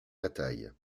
bataille